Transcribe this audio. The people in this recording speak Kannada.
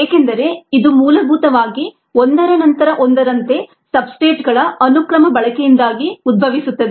ಏಕೆಂದರೆ ಇದು ಮೂಲಭೂತವಾಗಿ ಒಂದರ ನಂತರ ಒಂದರಂತೆ ಸಬ್ಸ್ಟ್ರೇಟ್ಗಳ ಅನುಕ್ರಮ ಬಳಕೆಯಿಂದಾಗಿ ಉದ್ಭವಿಸುತ್ತದೆ